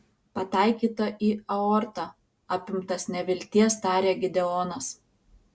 pataikyta į aortą apimtas nevilties tarė gideonas